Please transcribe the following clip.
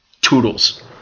toodles